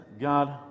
God